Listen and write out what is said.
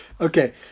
Okay